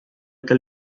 eta